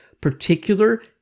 particular